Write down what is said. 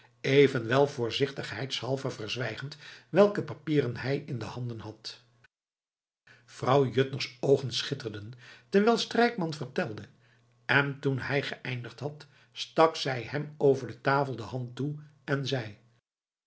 evenwel voorzichtigheidshalve verzwijgend welke papieren hij in handen had vrouw juttner's oogen schitterden terwijl strijkman vertelde en toen hij geëindigd had stak zij hem over de tafel de hand toe en zei